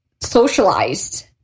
socialized